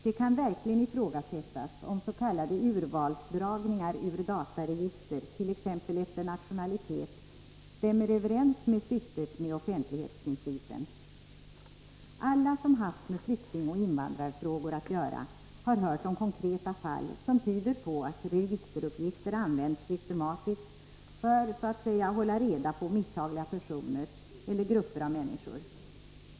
Det kan verkligen ifrågasättas om s.k. urvalsdragningar ur dataregister, t.ex. efter nationalitet, stämmer överens med syftet med offentlighetsprincipen. Alla som haft med flyktingoch invandrarfrågor att göra har hört om konkreta fall som tyder på att registeruppgifter systematiskt används för att så att säga hålla reda på misshagliga personer eller grupper av människor.